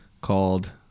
called